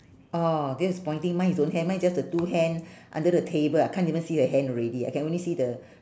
oh this is pointing mine is don't have mine is just two hand under the table I can't even see the hand already I can only see the